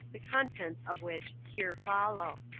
the contents of which here follow